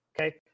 okay